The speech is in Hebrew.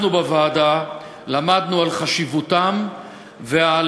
אנחנו בוועדה למדנו על חשיבותם ועל